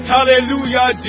Hallelujah